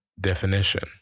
definition